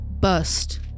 bust